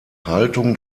haltung